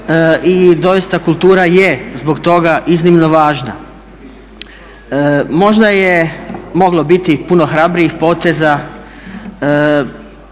I doista kultura je zbog toga iznimno važna. Možda je moglo biti puno hrabrijih poteza